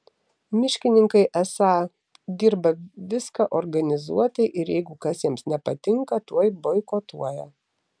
miškininkai esą dirba viską organizuotai ir jeigu kas jiems nepatinka tuoj boikotuoja